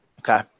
Okay